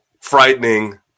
frightening